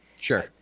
Sure